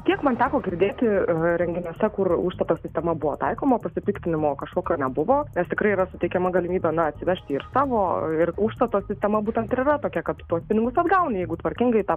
kiek man teko girdėti renginiuose kur užstato sistema buvo taikoma pasipiktinimo kažkokio nebuvo nes tikrai yra suteikiama galimybė na atsivežti ir savo ir užstato sistema būtent ir yra tokia kad tu tuos pinigus atgauni jeigu tvarkingai tą